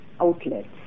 outlets